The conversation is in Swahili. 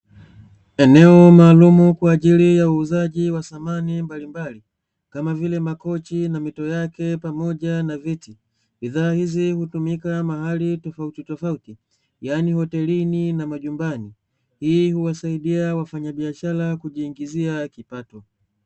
Eneo maalumu kwa ajili ya uuzaji wa thamani mbalimbali kama vile makochi na mito yake pamoja na viti, bidhaa hizi hutumika mahali tofauti tofauti, yani hotelini na majumbani, hii huwasaidia wafanyabiashara kujiingizia kipato